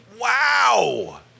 Wow